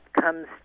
comes